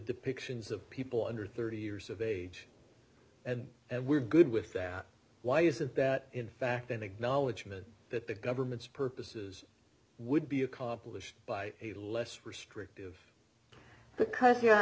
depictions of people under thirty years of age and we're good with that why isn't that in fact an acknowledgment that the government's purposes would be accomplished by a less restrictive because y